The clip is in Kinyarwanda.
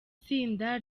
tsinda